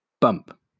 Bump